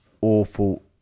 awful